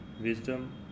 wisdom